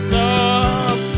love